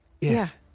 Yes